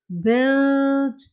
build